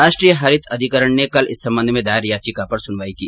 राष्ट्रीय हरित अधिकरण ने कल इस संबंध में दायर याचिका पर सुनवाई की